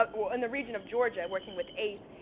but in the region of georgia, working with ace,